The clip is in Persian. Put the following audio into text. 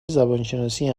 زبانشناسی